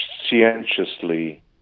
conscientiously